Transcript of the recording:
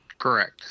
Correct